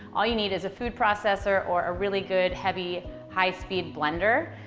all you need is a food processor or a really good heavy high-speed blender.